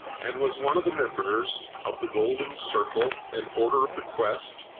and was one of the members of the golden circle and order of the quest,